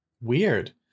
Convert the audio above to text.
Weird